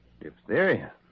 Diphtheria